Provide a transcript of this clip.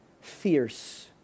fierce